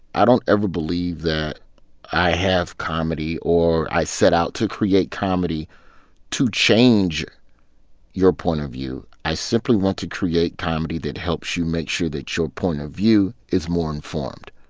i don't ever believe that i have comedy or i set out to create comedy to change your point of view. i simply want to create comedy that helps you make sure that your point of view is more informed.